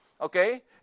Okay